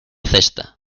cesta